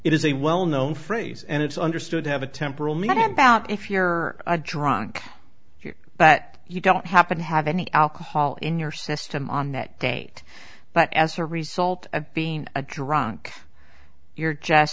it is a well known phrase and it's understood to have a temporal media about if you are a drunk if you but you don't happen to have any alcohol in your system on that date but as a result of being a drunk you're j